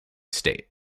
state